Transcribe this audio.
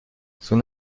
son